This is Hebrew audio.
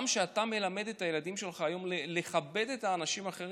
גם כשאתה מלמד את הילדים שלך היום לכבד את האנשים האחרים,